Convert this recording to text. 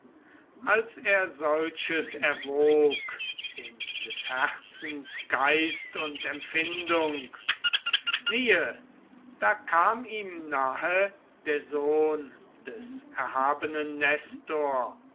als er solches erwog in des herzens geist und empfindung siehe da kam ihm nahe der sohn des erhabenen nestor